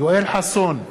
יואל חסון,